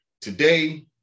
Today